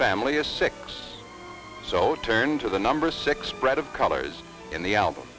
family a six so turn to the number six spread of colors in the album